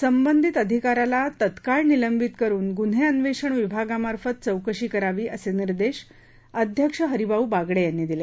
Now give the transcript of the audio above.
संबंधित अधिकाऱ्याला तत्काळ निलंबित करून गुन्हे अन्वेषण विभागामार्फत चौकशी करावी असे निर्देश अध्यक्ष हरिभाऊ बागडे यांनी दिले